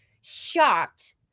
shocked